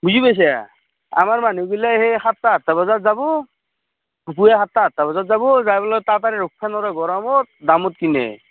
বুজি পাইছা আমাৰ মানুহগিলা সেই সাতটা আঠটা বজাত যাব পুৱা সাতটা আঠটা বজাত যাব যাই পেলাই তাৰাতাৰি ৰ'দখন আৰু গৰমত দামত কিনে